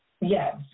Yes